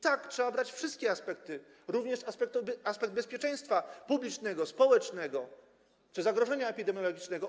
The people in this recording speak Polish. Tak, trzeba brać wszystkie aspekty, również aspekty bezpieczeństwa publicznego, społecznego czy zagrożenia epidemiologicznego.